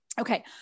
Okay